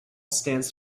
stands